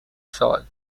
sal